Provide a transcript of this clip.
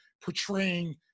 portraying